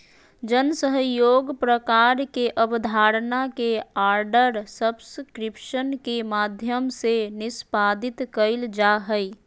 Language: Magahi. जन सहइोग प्रकार के अबधारणा के आर्डर सब्सक्रिप्शन के माध्यम से निष्पादित कइल जा हइ